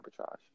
arbitrage